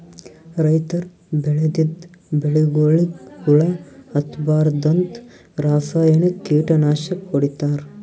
ರೈತರ್ ಬೆಳದಿದ್ದ್ ಬೆಳಿಗೊಳಿಗ್ ಹುಳಾ ಹತ್ತಬಾರ್ದ್ಂತ ರಾಸಾಯನಿಕ್ ಕೀಟನಾಶಕ್ ಹೊಡಿತಾರ್